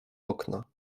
okna